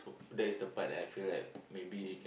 that is the part that I feel like maybe